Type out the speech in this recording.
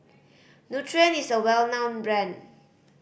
nutren is a well known brand